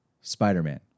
Spider-Man